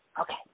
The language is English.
Okay